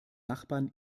nachbarn